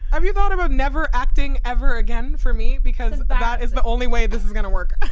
have you thought about never acting ever again. for me. because that is the only way this is gonna work ah